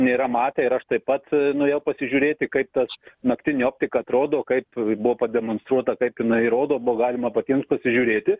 nėra matę ir aš taip pat nuėjau pasižiūrėti kaip tas naktinė optika atrodo kaip buvo pademonstruota kaip jinai rodo buvo galima patiems pasižiūrėti